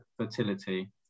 fertility